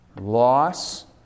loss